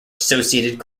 associated